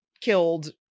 killed